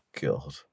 God